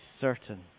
certain